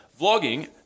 vlogging